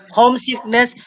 homesickness